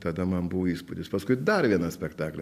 tada man buvo įspūdis paskui dar vieną spektaklį